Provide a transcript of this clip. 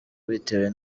bitewe